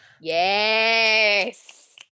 Yes